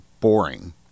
boring